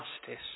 justice